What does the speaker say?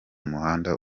umuhanda